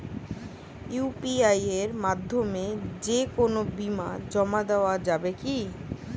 UPI এর মাধ্যমে যে কোনো বিল জমা দেওয়া যাবে কি না?